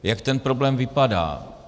Jak ten problém vypadá?